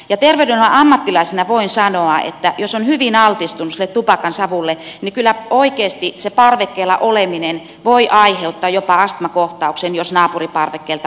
terveydenhuollon ammattilaisena voin sanoa että jos on hyvin altistunut sille tupakansavulle niin kyllä oikeasti se parvekkeella oleminen voi aiheuttaa jopa astmakohtauksen jos naapuriparvekkeella poltetaan